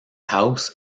house